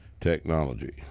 technology